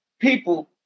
people